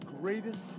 greatest